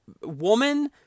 woman